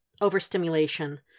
Overstimulation